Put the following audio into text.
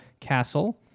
Castle